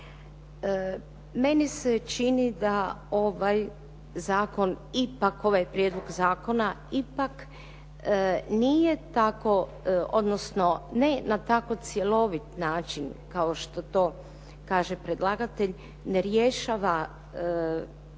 Meni se čini da ovaj zakon ipak, ovaj prijedlog zakona, ipak nije tako, odnosno ne na tako cjelovit način kao što to kaže predlagatelj, ne rješava ovaj